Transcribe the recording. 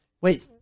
Wait